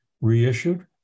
reissued